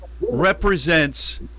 represents